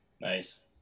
nice